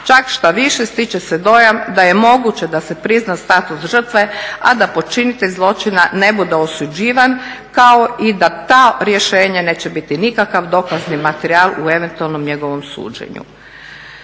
čak što više, stiče se dojam da je moguće da se prizna status žrtve a da počinitelj zločina ne bude osuđivan kao i da to rješenje neće biti nikakav dokazni materijal u eventualnom njegovom suđenju.